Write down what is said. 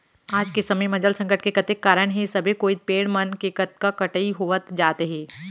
आज के समे म जल संकट के कतेक कारन हे सबे कोइत पेड़ मन के कतका कटई होवत जात हे